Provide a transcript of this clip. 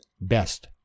Best